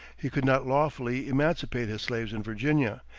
he could not lawfully emancipate his slaves in virginia,